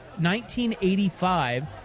1985